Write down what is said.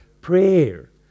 Prayer